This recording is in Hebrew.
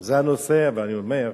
זה הנושא, ואני אומר,